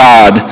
God